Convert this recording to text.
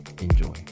enjoy